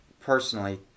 Personally